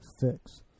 fix